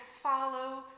follow